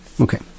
Okay